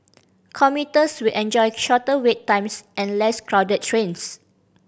commuters will enjoy shorter wait times and less crowded trains